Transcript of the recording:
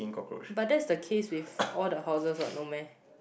but that's the case with all the houses what no meh